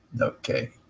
okay